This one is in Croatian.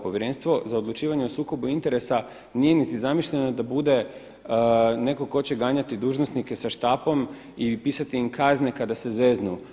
Povjerenstvo za odlučivanje o sukobu interesa nije niti zamišljeno da bude neko ko će ganjati dužnosnike sa štapom i pisati im kazne kada se zeznu.